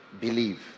believe